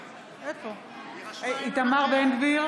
בנט,